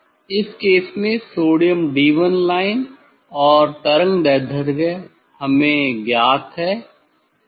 इस केस में sodium 'D1' line और तरंगदैर्ध्य हमें ज्ञात है